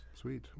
Sweet